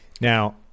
Now